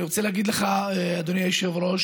אני רוצה להגיד לך, אדוני היושב-ראש,